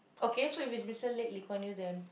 okay so is Mister late Lee-Kuan-Yew then